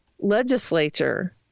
legislature